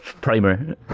Primer